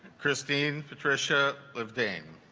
christine patricia love dame